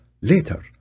later